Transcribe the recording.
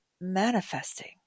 manifesting